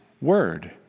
word